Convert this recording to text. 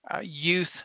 youth